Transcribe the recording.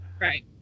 right